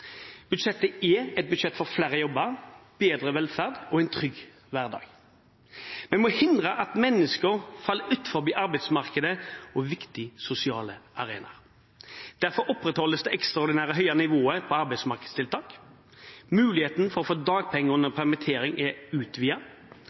Budsjettet er et budsjett for flere jobber, bedre velferd og en trygg hverdag. Vi må hindre at mennesker faller utenfor arbeidsmarkedet og viktige sosiale arenaer. Derfor opprettholdes det ekstraordinært høye nivået på arbeidsmarkedstiltak, og muligheten for å få dagpenger under